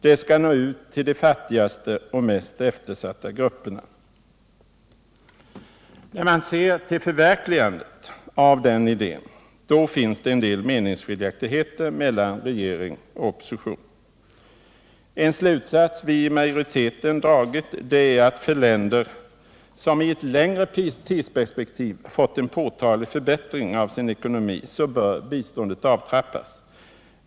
Det skall nå ut till de fattigaste och mest eftersatta grupperna.” När man ser till förverkligandet av den idén upptäcker man att det finns en del meningsskiljaktigheter mellan regering och opposition. En slutsats som vi i majoriteten dragit är att till länder som i ett längre tidsperspektiv fått en påtaglig förbättring av sin ekonomi bör biståndet avtrappas.